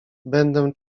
będę